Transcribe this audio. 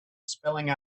spelling